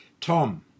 Tom